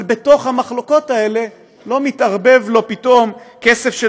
אבל בתוך המחלוקות האלה לא מתערבב פתאום כסף של